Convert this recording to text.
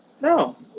No